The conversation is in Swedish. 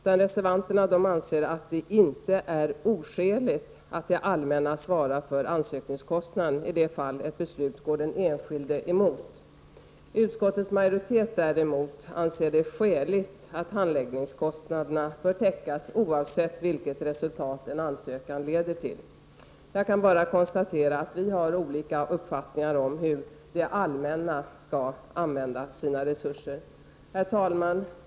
Reservanterna anser att det inte är oskäligt att det allmänna svarar för ansökningskostnaden i det fall ett beslut går den enskilde emot. Utskottets majoritet anser däremot att det är skäligt att handläggningskostnaderna skall täckas oavsett vilket resultat en ansökan leder till. Jag kan bara konstatera att vi har olika uppfattning om hur det allmänna skall använda sina resurser. Herr talman!